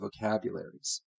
vocabularies